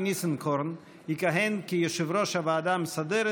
ניסנקורן יכהן כיושב-ראש הוועדה המסדרת,